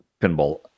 pinball